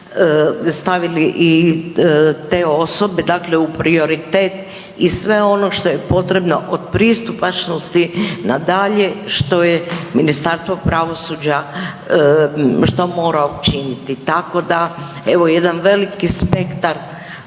stavili i te osobe, dakle u prioritet i sve onoš to je potrebno od pristupačnosti na dalje što je Ministarstvo pravosuđa što mora učiniti. Tako da evo jedan veliki spektar